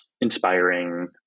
inspiring